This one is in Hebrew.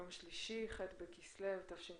יום שלישי, ח' בכסלו התשפ"א,